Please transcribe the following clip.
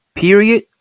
period